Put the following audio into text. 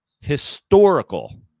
historical